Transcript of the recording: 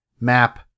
map